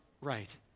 right